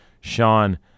Sean